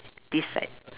this side